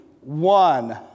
one